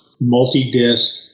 multi-disc